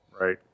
Right